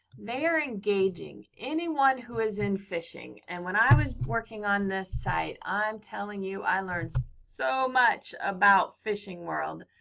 they are engaging. anyone who is in fishing. and when i was working on this site, i'm telling you, i learned so much about fishing world.